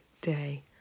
day